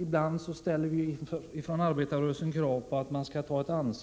Ibland ställer vi från arbetarrörel Om lämpligheten sen krav